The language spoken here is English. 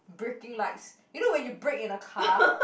braking lights you know when you brake in a car